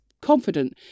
confident